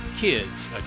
kids